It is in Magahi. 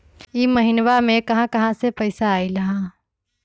इह महिनमा मे कहा कहा से पैसा आईल ह?